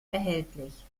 erhältlich